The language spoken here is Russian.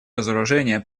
разоружения